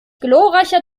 glorreicher